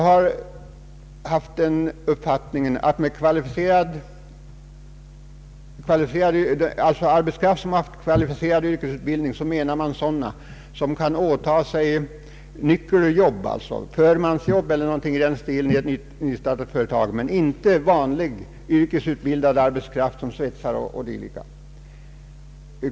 Vi har haft den uppfattningen att man med kvalificerad arbetskraft menar sådana som kan åta sig nyckeluppgifter, t.ex. att bli förmän i ett nystartat företag, men inte vanlig yrkesutbildad arbetskraft som exempelvis svetsare.